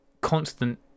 constant